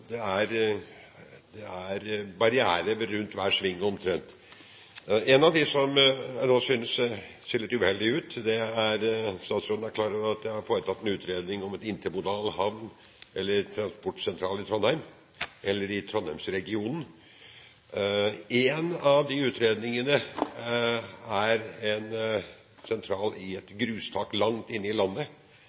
det er barrierer rundt hver sving omtrent. En av dem synes litt uheldig. Er statsråden klar over at det er foretatt en utredning om en intermodal havn eller transportsentral i trondheimsregionen? En av de utredningene gjelder en sentral i et grustak langt inne i landet.